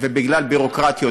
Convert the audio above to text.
ובגלל ביורוקרטיות,